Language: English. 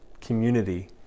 community